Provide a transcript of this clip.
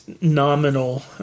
nominal